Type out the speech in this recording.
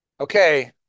Okay